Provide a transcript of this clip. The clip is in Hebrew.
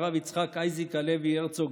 הרב יצחק אייזיק הלוי הרצוג,